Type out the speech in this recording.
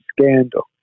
scandal